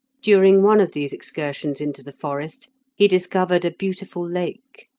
during one of these excursions into the forest he discovered a beautiful lake.